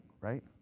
right